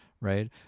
right